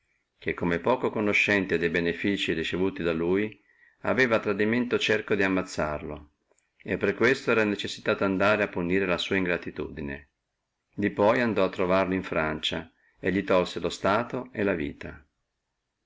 senato come albino poco conoscente de benefizii ricevuti da lui aveva dolosamente cerco di ammazzarlo e per questo lui era necessitato andare a punire la sua ingratitudine di poi andò a trovarlo in francia e li tolse lo stato e la vita